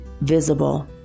visible